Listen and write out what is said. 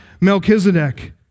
Melchizedek